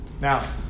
Now